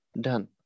Done